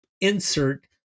insert